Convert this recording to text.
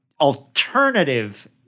alternative